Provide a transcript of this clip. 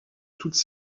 toutes